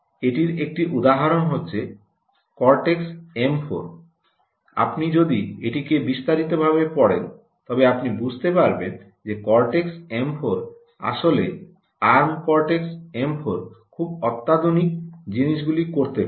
এটির একটি উদাহরণ হচ্ছে কর্টেক্স এম 4 আপনি যদি এটিকে বিস্তারিতভাবে পড়েন তবে আপনি বুঝতে পারবেন যে কর্টেক্স এম 4 আসলে আর্ম কর্টেক্স এম 4 খুব অত্যাধুনিক জিনিসগুলি করতে পারে